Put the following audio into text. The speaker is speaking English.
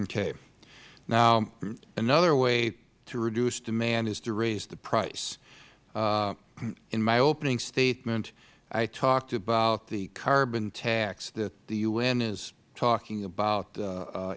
okay now another way to reduce demand is to raise the price in my opening statement i talked about the carbon tax that the u n is talking about